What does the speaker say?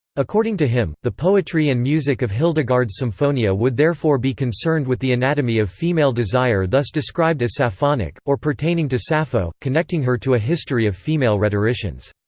according to him, the poetry and music of hildegard's symphonia would therefore be concerned with the anatomy of female desire thus described as sapphonic, or pertaining to sappho, connecting her to a history of female rhetoricians.